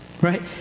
Right